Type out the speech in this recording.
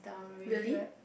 really